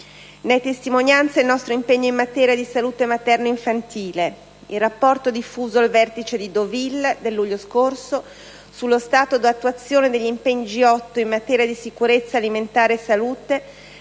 Ne è testimonianza il nostro impegno in materiali salute materno-infantile. Il rapporto diffuso al Vertice di Deauville del luglio scorso sullo stato d'attuazione degli impegni G8 in materia di sicurezza alimentare e salute,